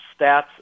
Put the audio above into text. stats